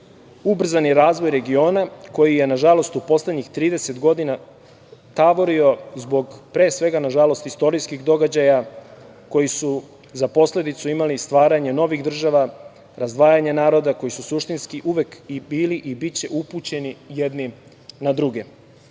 ubrzani razvoj regiona koji je, nažalost, u poslednjih 30 godina tavorio zbog, pre svega, nažalost, istorijskih događaja koji su za posledicu imali stvaranje novih država, razdvajanje naroda koji su suštinski uvek bili i biće upućeni jedni na druge. Zato